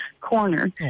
corner